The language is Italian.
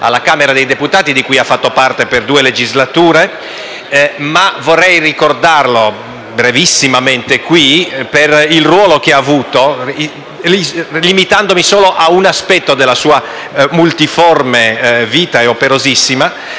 dalla Camera dei deputati, di cui ha fatto parte per due legislature. Vorrei ricordarlo brevissimamente, in questa sede, per il ruolo che ha avuto, limitandomi ad un solo aspetto della sua multiforme e operosissima